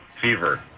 fever